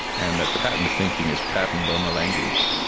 and that patterned thinking is patterned on the language.